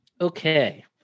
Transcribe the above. Okay